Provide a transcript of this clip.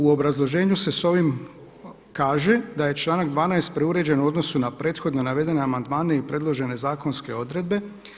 U obrazloženju se sa ovim kaže da je članak 12. preuređen u odnosu na prethodno navedene amandmane i predložene zakonske odredbe.